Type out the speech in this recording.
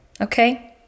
okay